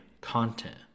content